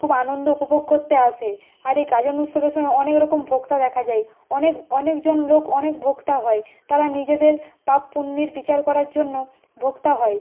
খুব আনন্দ উপভোগ করতে আসে আর এই গাজন উৎসবের সময় অনেক রকম ভোক্তা দেখা যায় অনেক অনেকজন লোক অনেক ভোক্তা হয় তারা নিজেদের পাপ পুণ্যের বিচার করার জন্য ভোক্তা হয়